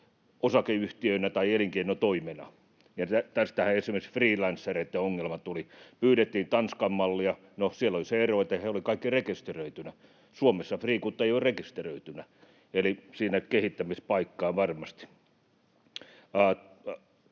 osakeyhtiönä tai elinkeinotoimintana. Ja tästähän esimerkiksi freelancereitten ongelma tuli. Pyydettiin Tanskan mallia. No, siellä oli se ero, että he olivat kaikki rekisteröityjä. Suomessa friikut eivät ole rekisteröityjä, eli siinä on kehittämispaikkaa